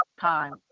Time